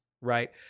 right